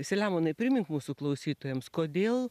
selemonai primink mūsų klausytojams kodėl